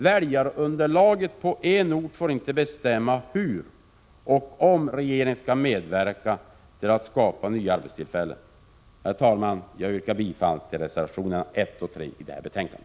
Väljarunderlaget på en ort får inte bestämma hur och om regeringen skall medverka till att skapa nya arbetstillfällen. Herr talman! Jag yrkar bifall till reservationerna 1 och 3 i detta betänkande.